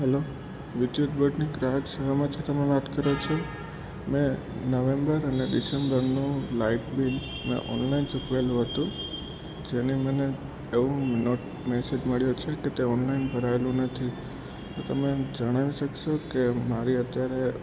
hello વિદ્યુત બોર્ડની ગ્રાહક સેવામાંથી તમે વાત કરો છો મેં નવેમ્બર અને ડિસેમ્બરનું લાઇટ બિલ મેં ઓનલાઈન ચૂકવેલું હતું જેની મને ઔ નો મેસેજ મળ્યો છે કે તે ઓનલાઈન ભરાએલું નથી તો તમે જણાવી શકશો કે મારી અત્યારે